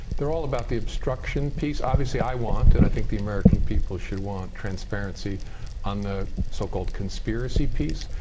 they're all about the obstruction piece. obviously i want and i think the american people should want transparency on the so-called conspiracy piece.